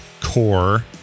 core